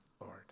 Lord